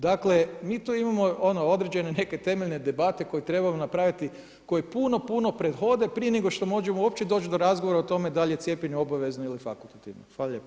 Dakle, mi tu imamo određene neke temeljne debate koje trebamo napraviti, koje puno, puno prethode prije nego što možemo uopće doći do razgovora da li je cijepljenje obavezno ili fakultativno.